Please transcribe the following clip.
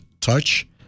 touch